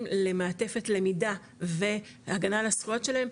למעטפת למידה והגנה על הזכויות שלהם,